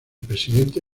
presidente